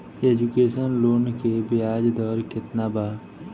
Education loan के ब्याज दर केतना बा?